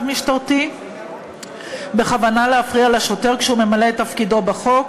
משטרתי בכוונה להפריע לשוטר כשהוא ממלא את תפקידו בחוק.